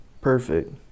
perfect